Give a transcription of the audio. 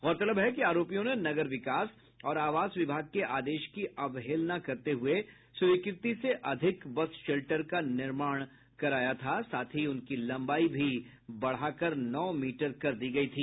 गौरतलब है कि आरोपियों ने नगर विकास और आवास विभाग के आदेश की अवहेलना करते हुये स्वीकृति से अधिक बस शेल्टर का निर्माण कराया था साथ ही उनकी लम्बाई भी बढ़ा कर नौ मीटर कर दी गयी थी